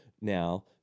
Now